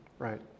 Right